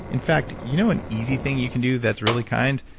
in fact, you know an easy thing you can do that's really kind?